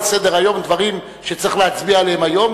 סדר-היום דברים שצריך להצביע עליהם היום,